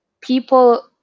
people